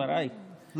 זה לפתוח את הדיון,